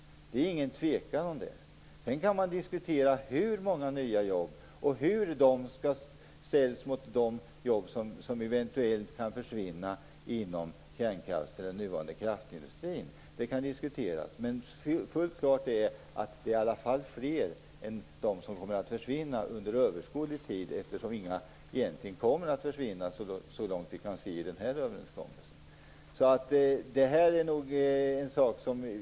Det är ingen tvekan om det. Sedan kan man diskutera hur många nya jobb det blir och hur de skall ställas mot de jobb som eventuellt kan försvinna inom den nuvarande kraftindustrin. Fullt klart är dock att det blir fler än de som kommer att försvinna under överskådlig tid. Inga jobb kommer egentligen att försvinna, så långt vi kan se i denna överenskommelse.